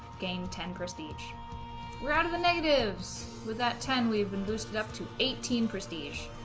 gained ten prestige we're out of the negatives with that ten we've been lu stood up to eighteen prestige